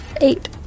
Eight